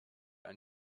ein